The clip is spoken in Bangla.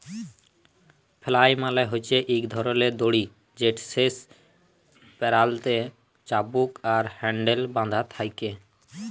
ফ্লাইল মালে হছে ইক ধরলের দড়ি যেটর শেষ প্যারালতে চাবুক আর হ্যাল্ডেল বাঁধা থ্যাকে